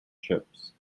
chips